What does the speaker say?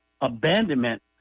abandonment